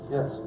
Yes